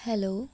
hello